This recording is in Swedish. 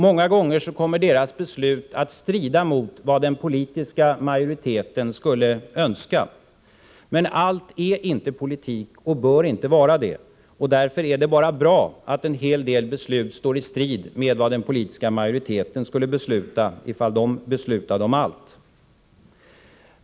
Många gånger kommer deras beslut att strida mot den politiska majoritetens uppfattning, men allt är inte politik och bör inte vara det. Därför är det bara bra om en hel del beslut står i strid med de beslut som skulle fattas av den politiska majoriteten, ifall den finge besluta om allt.